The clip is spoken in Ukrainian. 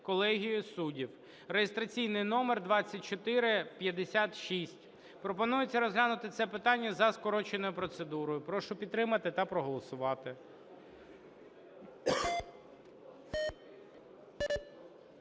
колегією суддів (реєстраційний номер 2456). Пропонується розглянути це питання за скороченою процедурою. Прошу підтримати та проголосувати.